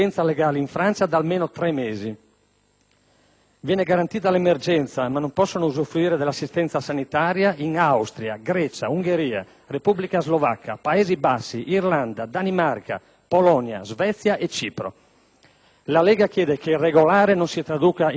Viene garantita l'emergenza, ma non possono usufruire dell'assistenza sanitaria, in Austria, Grecia, Ungheria, Repubblica Slovacca, Paesi Bassi, Irlanda, Danimarca, Polonia, Svezia e Cipro. La Lega Nord chiede che "irregolare" non si traduca in "privilegiato". Grazie dell'attenzione.